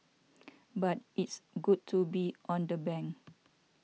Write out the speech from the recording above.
but it's good to be on the bank